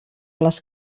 les